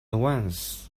once